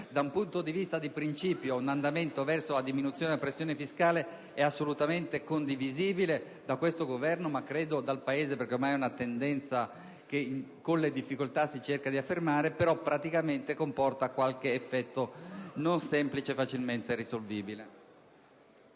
da un punto di vista di principio, un andamento orientato alla diminuzione della pressione fiscale è condivisibile da parte di questo Governo, e credo anche dal Paese, perché ormai è una tendenza che con le difficoltà si cerca di affermare, però praticamente comporta qualche effetto non semplice e facilmente risolvibile.